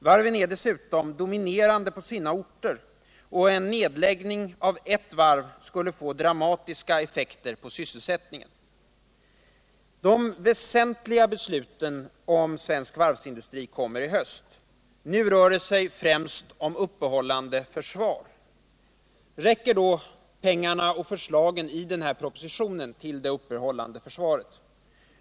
Varven är dessutom dominerande på sina orter, och en nedläggning av ett varv skulle få dramatiska effekter på sysselsättningen. De väsentliga besluten om svensk varvsindustri kommer i höst. Nu rör det sig främst om uppehållande försvar. Räcker då pengarna och förslagen i den här propositionen till det uppehållande försvaret?